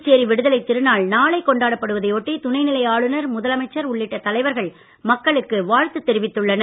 புதுச்சேரி விடுதலை திருநாள் நாளை கொண்டாடப்படுவதை ஒட்டி துணைநிலை ஆளுநர் முதலமைச்சர் உள்ளிட்ட தலைவர்கள் மக்களுக்கு வாழ்த்து தெரிவித்துள்ளனர்